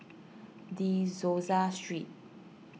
De Souza Street